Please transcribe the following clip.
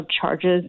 charges